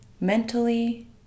mentally